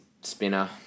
spinner